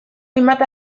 hainbat